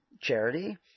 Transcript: charity